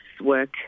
work